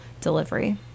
delivery